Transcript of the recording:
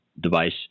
device